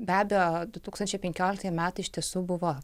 be abejo du tūkstančiai penkioliktieji metai iš tiesų buvo